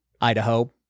Idaho